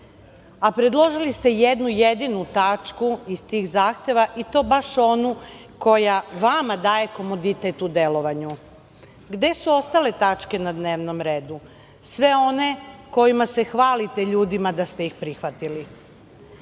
a predložili ste jednu jedinu tačku iz tih zahteva, i to baš onu koja vama daje komoditet u delovanju. Gde su ostale tačke na dnevnom redu, sve one kojima se hvalite ljudima da ste ih prihvatili?